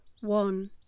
one